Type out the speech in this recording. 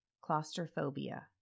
claustrophobia